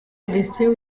augustin